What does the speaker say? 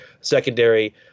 secondary